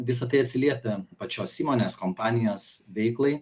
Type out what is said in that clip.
visa tai atsiliepia pačios įmonės kompanijos veiklai